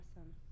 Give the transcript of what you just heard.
awesome